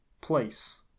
place